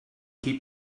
keep